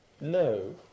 No